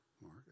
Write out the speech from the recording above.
Mark